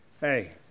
Hey